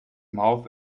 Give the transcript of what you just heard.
mouth